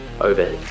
over